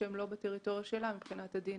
שהם לא בטריטוריה שלה מבחינת הדין.